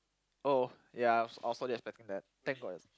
oh ya I I was totally expecting that thank god it's